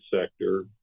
sector